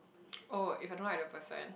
oh if I don't like the person